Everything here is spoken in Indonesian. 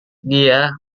dia